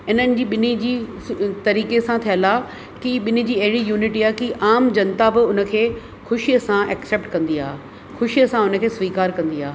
हिननि जी ॿिनी जी तरीक़े सां थियल आहे कि ॿिनी जी अहिड़ी यूनिटी आहे की आम जनता बि उन खे ख़ुशीअ सां एक्सैप्ट कंदी आहे ख़ुशीअ सां उन खे स्वीकार कंदी आहे